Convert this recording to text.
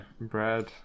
Bread